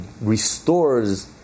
restores